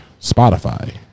Spotify